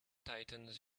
tightened